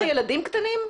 לא היו לך ילדים קטנים?